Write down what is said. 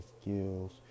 skills